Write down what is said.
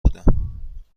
بودم